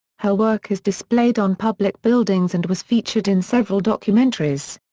her work is displayed on public buildings and was featured in several documentaries.